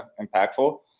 impactful